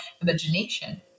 imagination